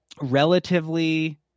relatively